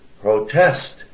protest